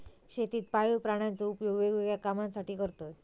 शेतीत पाळीव प्राण्यांचो उपयोग वेगवेगळ्या कामांसाठी करतत